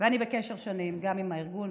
ואני בקשר שנים גם עם הארגון,